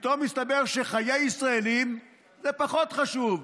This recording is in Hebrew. פתאום מסתבר שחיי ישראלים זה פחות חשוב,